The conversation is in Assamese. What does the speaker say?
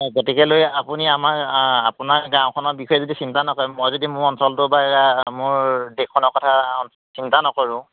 গতিকেলৈ আপুনি আমাক আপোনাৰ গাঁওখনৰ বিষয়ে যদি চিন্তা নকৰে মই যদি মোৰ অঞ্চলটো বা মোৰ দেশখনৰ কথা চিন্তা নকৰোঁ